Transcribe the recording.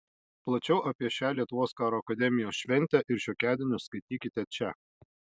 plačiau apie šią lietuvos karo akademijos šventę ir šiokiadienius skaitykite čia